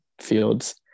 Fields –